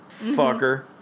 Fucker